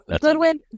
Goodwin